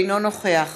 אינו נוכח